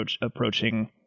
approaching